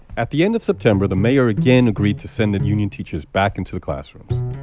at the end of september, the mayor again agreed to send the the union teachers back into the classrooms.